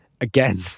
again